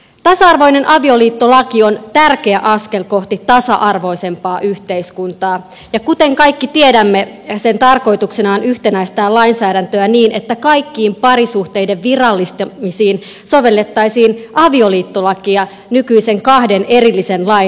tasa arvoinen avioliittolaki on tärkeä askel kohti tasa arvoisempaa yhteiskuntaa ja kuten kaikki tiedämme sen tarkoituksena on yhtenäistää lainsäädäntöä niin että kaikkiin parisuhteiden virallistamisiin sovellettaisiin avioliittolakia nykyisten kahden erillisen lain sijaan